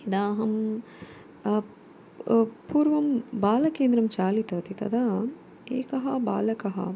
यदाहं पूर्वं बालकेन्द्रं चालितवती तदा एकः बालकः